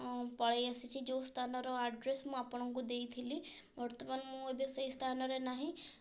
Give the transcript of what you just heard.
ପଳାଇ ଆସିଛି ଯେଉଁ ସ୍ଥାନର ଆଡ଼୍ରେସ୍ ମୁଁ ଆପଣଙ୍କୁ ଦେଇଥିଲି ବର୍ତ୍ତମାନ ମୁଁ ଏବେ ସେଇ ସ୍ଥାନରେ ନାହିଁ